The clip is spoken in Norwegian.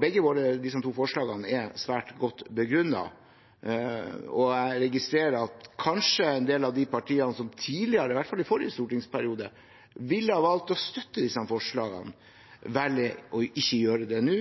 Begge forslagene er svært godt begrunnet. Jeg registrerer at en del av de partiene som tidligere – i hvert fall i forrige stortingsperiode – kanskje ville ha valgt å støtte disse forslagene, velger ikke å gjøre det nå,